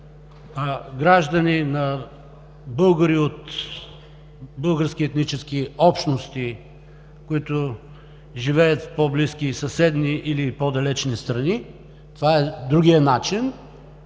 на граждани на българи от български етнически общности, които живеят в по-близки и съседни или по-далечни страни. Това е другият начин.